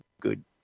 good